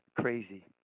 crazy